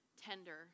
tender